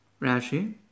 Rashi